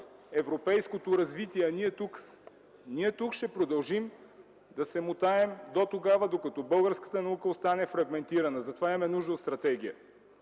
„европейското развитие, а ние тук ...”, ние тук ще продължим да се мотаем дотогава, докато българската наука остане фрагментирана. Затова имаме нужда от стратегия.